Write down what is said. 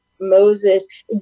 Moses